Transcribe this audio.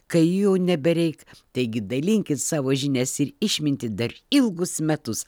kai jų jau nebereik taigi dalinkit savo žinias ir išmintį dar ilgus metus